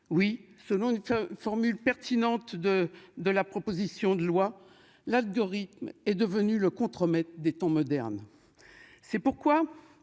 oui selon une formule pertinente de de la proposition de loi. L'algorithme est devenu le contremaître des temps modernes.